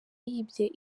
yibye